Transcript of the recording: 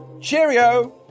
Cheerio